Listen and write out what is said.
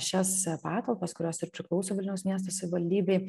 šias patalpas kurios ir priklauso vilniaus miesto savivaldybei